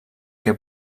que